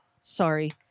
sorry